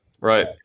Right